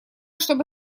чтобы